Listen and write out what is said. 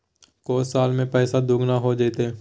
को साल में पैसबा दुगना हो जयते?